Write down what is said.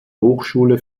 hochschule